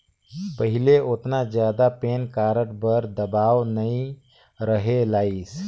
पहिले ओतना जादा पेन कारड बर दबाओ नइ रहें लाइस